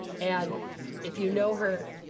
and if you know her,